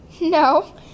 No